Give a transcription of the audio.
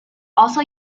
also